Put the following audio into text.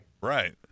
right